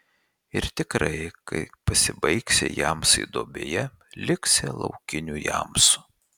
ir tikrai kai pasibaigsią jamsai duobėje liksią laukinių jamsų